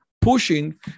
pushing